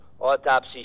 Autopsy